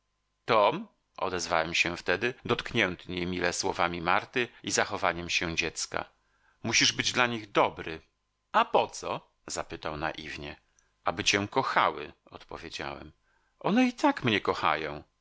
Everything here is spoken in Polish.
tom ozwałem się wtedy dotknięty niemile słowami marty i zachowaniem się dziecka musisz być dla nich dobry a po co zapytał naiwnie aby cię kochały odpowiedziałem one i tak mnie kochają